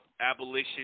abolition